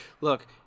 look